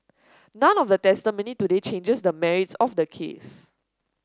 none of the testimony today changes the merits of the case